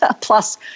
plus